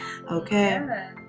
okay